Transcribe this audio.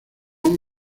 aún